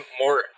more